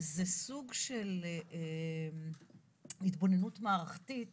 - זה סוג של התבוננות מערכתית